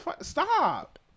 stop